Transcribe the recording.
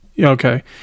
okay